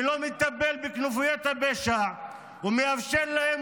שלא מטפל בכנופיות הפשע ומאפשר להם